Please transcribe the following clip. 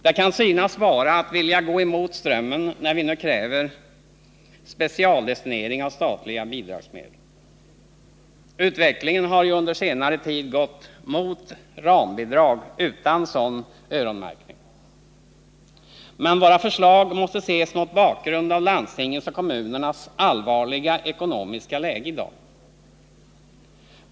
Det kan synas som om vi ville gå emot strömmen när vi nu kräver specialdestinering av statliga bidragsmedel. Utvecklingen har ju under senare tid gått i riktning mot rambidrag utan sådan öronmärkning. Men våra förslag måste ses mot bakgrund av landstingens och kommunernas allvarliga” ekonomiska läge i dag.